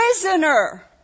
Prisoner